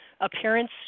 appearance